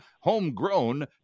homegrown